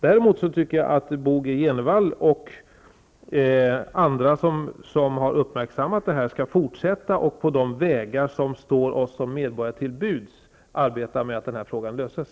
Däremot anser jag att Bo G Jenevall och andra som har uppmärksammat den här frågan skall fortsätta att på de vägar som står oss som medborgare till buds arbeta för att den här frågan löses.